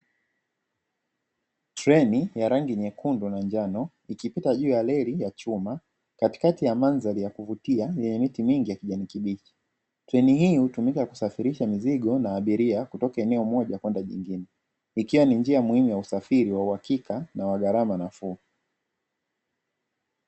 Treni ya rangi nyekundu na njano ikipita juu ya reli ya chuma, katikati ya mandhari ya kuvutia yenye miti mingi ya kijani kibichi. Treni hii hutumika kusafirisha mizigo na abiria kutoka eneo moja kwenda jingine, ikiwa ni njia muhimu ya usafiri wa uhakika na wa gharama nafuu.